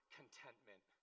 contentment